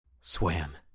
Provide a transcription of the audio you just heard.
Swam